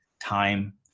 time